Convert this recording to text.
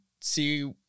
see